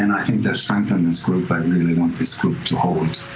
and i think there's strength in this group, i really want this group to hold.